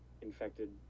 infected